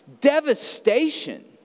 devastation